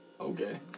Okay